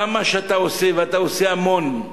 כמה אתה עושה, ואתה עושה המון,